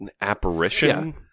apparition